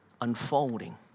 unfolding